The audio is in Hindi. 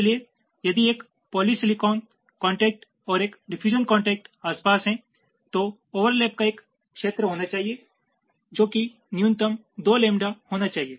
इसलिए यदि एक पॉलीसिलिकॉन कॉन्टेक्ट और एक डिफयूजन कॉन्टेक्ट आसपास है तो ओवरलैप का एक क्षेत्र होना चाहिए जो कि न्यूनतम दो लैम्बडा होना चाहिए